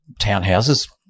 townhouses